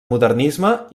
modernisme